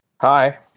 Hi